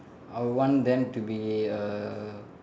I will want them to be a